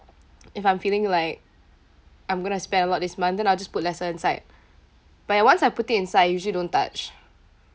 if I'm feeling like I'm gonna spend a lot this month then I'll just put lesser inside but I once I put it inside I usually don't touch